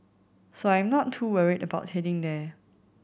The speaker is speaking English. so I'm not too worried about heading there